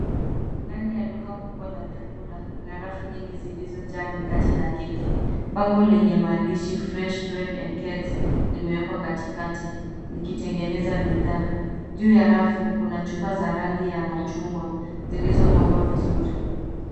Ndani ya duka kubwa la vyakula kuna rafu nyingi zilizojaa mikate na keki. Bango lenye maaandishi fresh breads and cakes limewekwa katikati likitengeneza bidhaa. Juu ya rafu kuna chupa za rangi ya machungwa zilizopangwa vizuri.